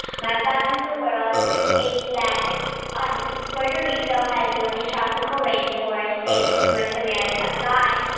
my wow in the world is that and puerto rico has the only tropical rainforest and north america. bye